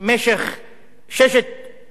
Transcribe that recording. שש השנים האחרונות.